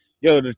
Yo